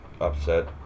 upset